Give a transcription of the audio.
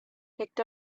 picked